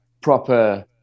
proper